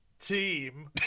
Team